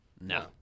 No